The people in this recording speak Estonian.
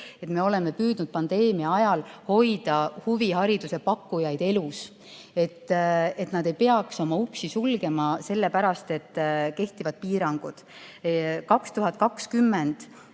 –, me oleme püüdnud pandeemia ajal hoida huvihariduse pakkujaid elus, et nad ei peaks oma uksi sulgema, sellepärast et kehtivad piirangud.